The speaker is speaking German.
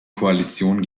koalition